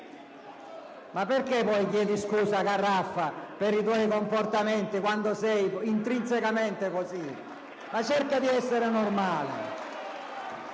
Ma perché non chiede scusa, senatore Garraffa, per i suoi comportamenti, quando è intrinsecamente così? Ma cerchi di essere normale!